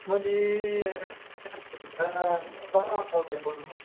मैले